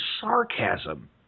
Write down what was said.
sarcasm